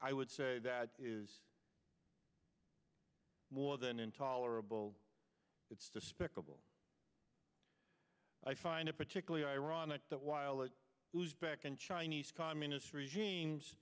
i would say that is more than intolerable it's despicable i find it particularly ironic that while the back and chinese communist regimes